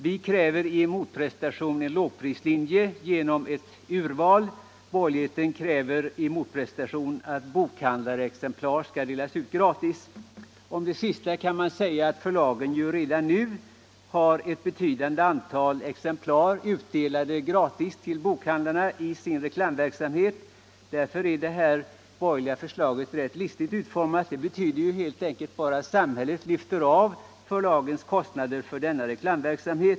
Vi begär i motprestation en lågprislinje genom ett urval, borgerligheten kräver i motprestation att bokhandlarexemplar skall delas ut gratis. Men förlagen delar ju redan nu ut ett betydande antal exemplar gratis till bokhandlarna i sin reklamverksamhet. Det borgerliga förslaget är alltså rätt listigt utformat. Det betyder helt enkelt att samhället skall lyfta av förlagens kostnader för denna reklam.